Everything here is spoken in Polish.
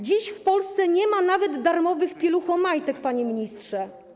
Dziś w Polsce nie ma nawet darmowych pieluchomajtek, panie ministrze.